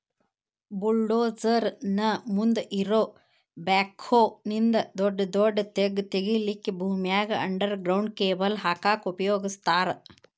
bulldozer ನ ಮುಂದ್ ಇರೋ ಬ್ಯಾಕ್ಹೊ ನಿಂದ ದೊಡದೊಡ್ಡ ತೆಗ್ಗ್ ತಗಿಲಿಕ್ಕೆ ಭೂಮ್ಯಾಗ ಅಂಡರ್ ಗ್ರೌಂಡ್ ಕೇಬಲ್ ಹಾಕಕ್ ಉಪಯೋಗಸ್ತಾರ